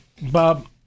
Bob